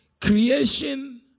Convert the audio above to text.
creation